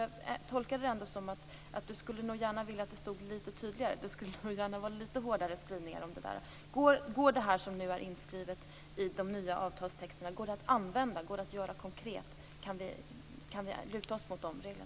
Jag tolkade miljöministern så att hon gärna skulle vilja ha litet tydligare och hårdare skrivningar. Går det som är inskrivet i de nya avtalstexterna att använda konkret? Kan vi luta oss mot dessa regler?